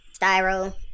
styro